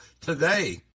today